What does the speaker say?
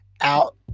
out